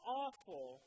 awful